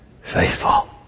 Faithful